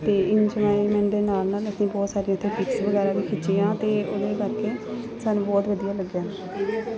ਅਤੇ ਇੰਜੋਏਮੈਂਟ ਦੇ ਨਾਲ ਨਾਲ ਅਸੀਂ ਬਹੁਤ ਸਾਰੇ ਇੱਥੇ ਪਿਕਸ ਵਗੈਰਾ ਵੀ ਖਿੱਚੀਆਂ ਅਤੇ ਉਹਦੇ ਕਰਕੇ ਸਾਨੂੰ ਬਹੁਤ ਵਧੀਆ ਲੱਗਿਆ